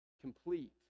complete